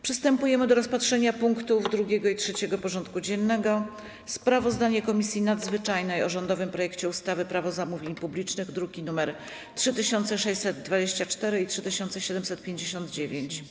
Przystępujemy do rozpatrzenia punktów 2. i 3. porządku dziennego: 2. Sprawozdanie Komisji Nadzwyczajnej o rządowym projekcie ustawy Prawo zamówień publicznych (druki nr 3624 i 3759)